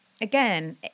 again